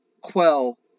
quell